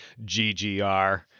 GGR